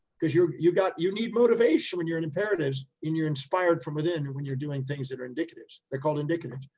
cause you're you got, you need motivation when you're in imperatives, and you're inspired from within, when you're doing things that are indicatives, they're called indicatives.